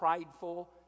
prideful